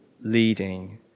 leading